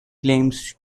claims